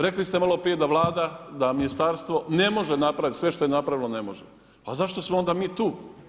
Rekli ste maloprije da Vlada, da ministarstvo ne može napraviti sve što je napravilo ne može, a zašto smo onda mi tu?